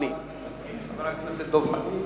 חבר הכנסת דב חנין.